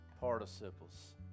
participles